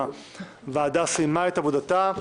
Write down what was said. הוועדה סיימה את עבודתה,